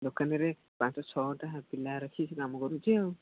ଦୋକାନରେ ପାଞ୍ଚ ଛଅଟା ପିଲା ରଖିକି କାମ କରୁଛି ଆଉ